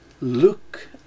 look